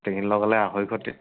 লগালে আঢ়ৈশতে